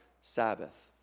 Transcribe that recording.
Sabbath